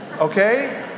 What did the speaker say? okay